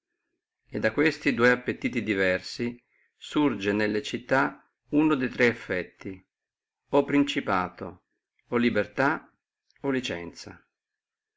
e da questi dua appetiti diversi nasce nelle città uno de tre effetti o principato o libertà o licenzia